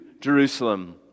Jerusalem